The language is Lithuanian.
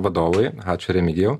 vadovui ačiū remigijau